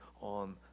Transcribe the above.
on